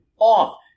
off